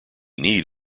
need